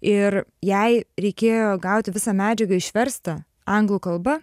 ir jai reikėjo gauti visa medžiaga išverstą anglų kalba